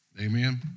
Amen